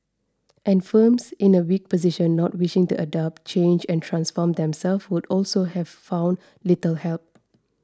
and firms in a weak position not wishing to adapt change and transform themselves would also have found little help